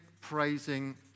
praising